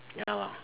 ya lah